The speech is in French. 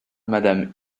madame